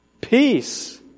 Peace